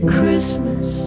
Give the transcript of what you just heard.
Christmas